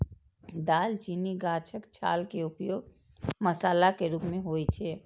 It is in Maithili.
दालचीनी गाछक छाल के उपयोग मसाला के रूप मे होइ छै